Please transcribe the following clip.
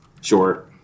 Sure